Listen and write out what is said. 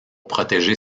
protéger